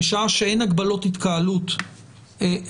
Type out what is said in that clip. בשעה שאין הגבלות התקהלות אחרות,